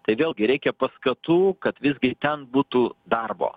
tai vėlgi reikia paskatų kad visgi ten būtų darbo